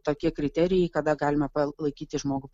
tokie kriterijai kada galima laikyti žmogų